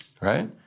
right